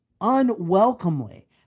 unwelcomely